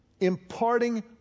imparting